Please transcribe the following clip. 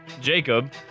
Jacob